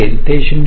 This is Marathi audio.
ते 0